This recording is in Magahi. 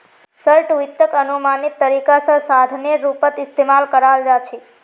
शार्ट वित्तक अनुमानित तरीका स साधनेर रूपत इस्तमाल कराल जा छेक